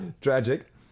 tragic